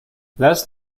last